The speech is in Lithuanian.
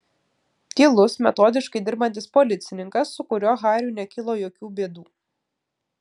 tylus metodiškai dirbantis policininkas su kuriuo hariui nekilo jokių bėdų